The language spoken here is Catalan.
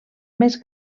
més